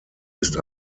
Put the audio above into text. ist